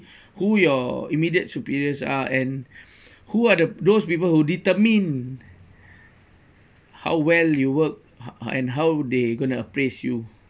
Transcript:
who your immediate superiors are and who are the those people who determine how well you work h~ and how they gonna appraise you